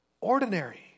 Ordinary